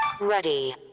Ready